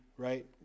right